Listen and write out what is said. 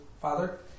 Father